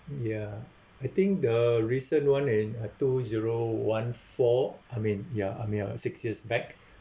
yaI think the recent one in uh two zero one four I mean ya I mean uh six years back